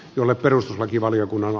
jolle perustuslakivaliokunnalla